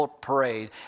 parade